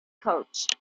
coach